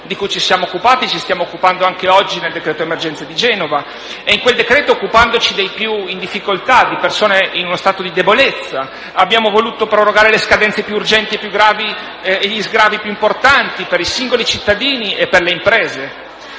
di cui ci siamo occupati e ci stiamo occupando anche oggi nel decreto emergenze di Genova. In quel decreto-legge, occupandoci dei più in difficoltà, di persone in uno stato di debolezza, abbiamo voluto prorogare le scadenze più urgenti e gli sgravi più importanti per i singoli cittadini e per le imprese.